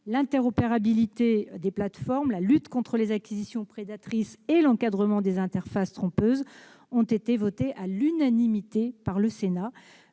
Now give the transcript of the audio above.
l'interopérabilité des plateformes, la lutte contre les acquisitions prédatrices et l'encadrement des interfaces trompeuses ont été adoptées à l'unanimité par le Sénat.